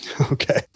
Okay